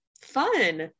Fun